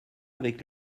avec